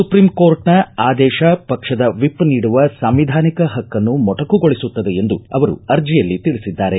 ಸುಪ್ರೀಂಕೋರ್ಟ್ನ ಆದೇಶ ಪಕ್ಷದ ವಿಷ್ ನೀಡುವ ಸಾಂವಿಧಾನಿಕ ಹಕ್ಕನ್ನು ಮೊಟಕುಗೊಳಿಸುತ್ತದೆ ಎಂದು ಅವರು ಅರ್ಜಿಯಲ್ಲಿ ತಿಳಿಸಿದ್ದಾರೆ